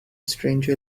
stranger